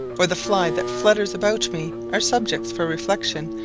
or the fly that flutters about me, are subjects for reflection,